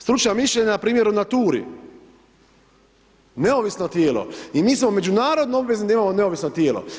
Stručna mišljenja, primjer u naturi, neovisno tijelo i mi smo međunarodno obvezni da imamo neovisno tijelo.